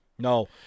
No